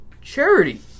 Charity